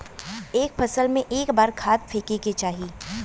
एक फसल में क बार खाद फेके के चाही?